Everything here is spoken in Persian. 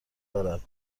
دارد